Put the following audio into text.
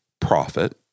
profit